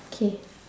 K